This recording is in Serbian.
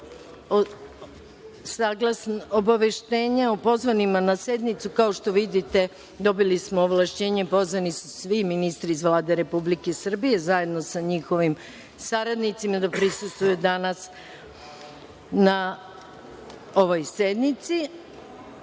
sednice. Obaveštenje o pozvanima na sednicu, kao što vidite dobili smo ovlašćenje, pozvani su svi ministri iz Vlade Republike Srbije, zajedno sa njihovim saradnicima da prisustvuju danas na ovoj sednici. Samo